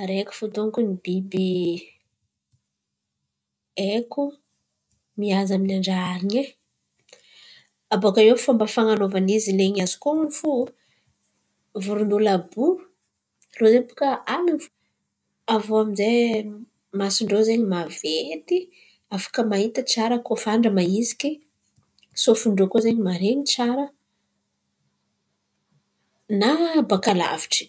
Araiky fo donko ny biby haiko miady amin’ny andra alin̈y e. Abòakaio fomba fan̈anovany izy lain̈y azoko onon̈o fo vorondolo àby io rô ze baka alin̈y fo. Avio aminjay mason-drô zen̈y maventy afaka mahita tsara koa fa andra mahiziky. Sofin̈in-drô koa zen̈y maren̈y tsara na baka lavitry.